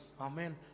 Amen